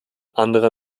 anderer